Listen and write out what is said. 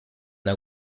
una